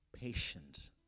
Patient